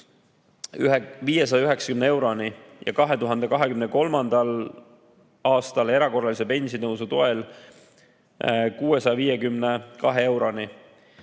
590 euroni ja 2023. aastal erakorralise pensionitõusu toel 652 euroni.